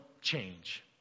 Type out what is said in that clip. change